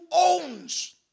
owns